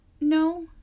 No